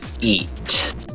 eat